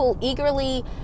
eagerly